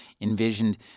envisioned